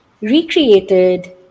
recreated